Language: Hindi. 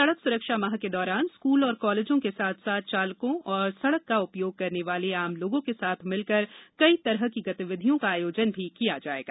सड़क सुरक्षा माह के दौरान स्कूल एवं कॉलेजों के साथ साथ चालकों और सड़क का उपयोग करने वाले आम लोगों के साथ मिलकर कई तरह की गतिविधियों का भी आयोजन किया जाएगा